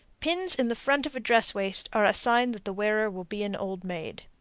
pins in the front of a dress waist are a sign that the wearer will be an old maid.